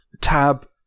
Tab